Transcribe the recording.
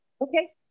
Okay